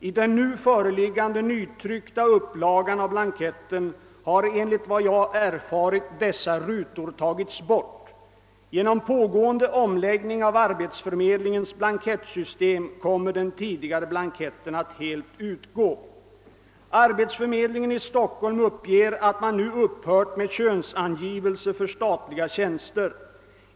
I den nu föreliggande nytryckta upplagan av blanketten har enligt vad jag erfarit dessa rutor tagits bort. Genom pågående omläggning av arbetsförmedlingens blankettsystem kommer den tidigare blanketten att helt utgå. Arbetsförmedlingen i Stockholm uppger att man nu upphört med könsangivelse för statliga tjänster.